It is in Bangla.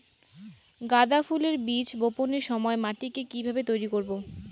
গাদা ফুলের বীজ বপনের সময় মাটিকে কিভাবে তৈরি করব?